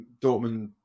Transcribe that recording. Dortmund